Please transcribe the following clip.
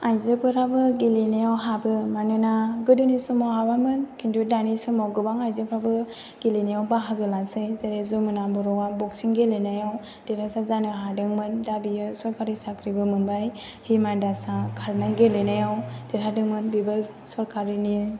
आइजोफोराबो गेलेनायाव हाबो मानोना गोदोनि समाव हाबामोन खिन्थु दानि समाव गोबां आइजोफ्राबो गेलेनायाव बाहागो लासै जेरै जमुना बर'आ बक्सिं गेलेनायाव देरहासाथ जानो हादोंमोन दा बियो सरखारि साख्रिबो मोनबाय हिमा दासा खारनाय गेलेनायाव देरहादोंमोन बेबो सरखारिनि